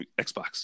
Xbox